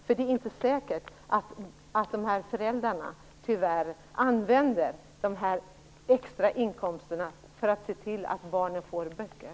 Det är tyvärr inte säkert att föräldrarna använder de extra inkomsterna för att se till att barnen får böcker.